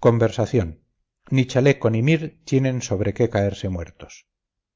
conversación ni chaleco ni mir tienen sobre qué caerse muertos